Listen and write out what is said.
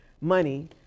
money